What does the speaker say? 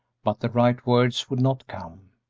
but the right words would not come.